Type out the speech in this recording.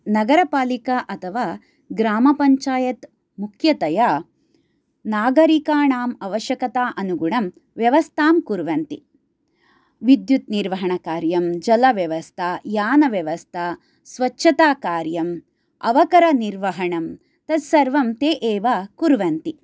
नगरपालिका अथवा ग्रामपञ्चायत् मुख्यतया नागरीकाणाम् अवश्यकता अनुगुणं व्यवस्थां कुर्वन्ति विद्युत् निर्वहणकार्यं जलव्यवस्था यानव्यवस्था स्वच्छताकार्यम् अवकरनिर्वहणं तत् सर्वं ते एव कुर्वन्ति